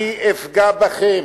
אני אפגע בכם.